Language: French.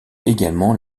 également